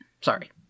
Sorry